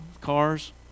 cars